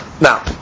Now